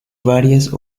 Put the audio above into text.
varias